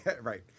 right